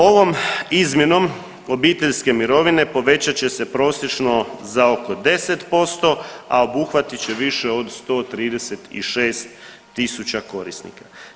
Ovom izmjenom obiteljske mirovine povećat će se prosječno za oko 10%, a obuhvatit će više od 136.000 korisnika.